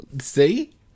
see